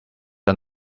are